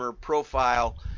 profile